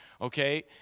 Okay